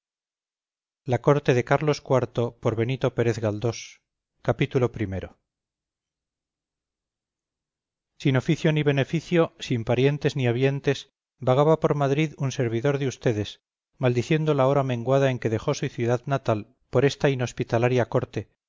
la corte de carlos iv de benito pérez galdós sin oficio ni beneficio sin parientes ni habientes vagaba por madrid un servidor de ustedes maldiciendo la hora menguada en que dejó su ciudad natal por esta inhospitalaria corte